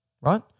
Right